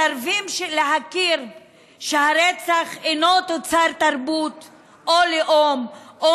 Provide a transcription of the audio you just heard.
מסרבים להכיר שהרצח אינו תוצר תרבות או לאום או